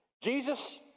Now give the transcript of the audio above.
Jesus